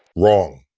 wrong.